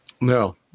No